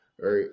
right